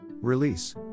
Release